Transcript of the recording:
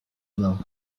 know